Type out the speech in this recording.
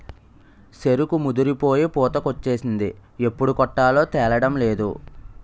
సెరుకు ముదిరిపోయి పూతకొచ్చేసింది ఎప్పుడు కొట్టాలో తేలడంలేదు